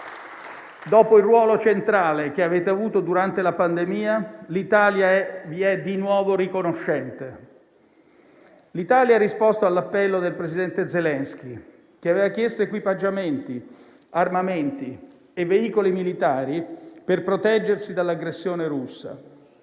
Dopo il ruolo centrale che avete avuto durante la pandemia, l'Italia vi è di nuovo riconoscente. L'Italia ha risposto all'appello del presidente Zelensky, che aveva chiesto equipaggiamenti, armamenti e veicoli militari per proteggersi dall'aggressione russa.